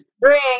Bring